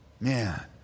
Man